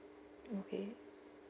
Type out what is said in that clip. okay